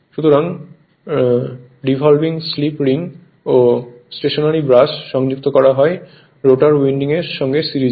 সুতরাং revolving slip ring ও stationary brush সংযুক্ত করা হয় রোটর উইন্ডিং এর সঙ্গে সিরিজে